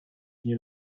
nie